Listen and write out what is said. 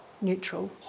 neutral